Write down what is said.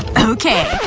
okay,